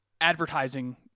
advertising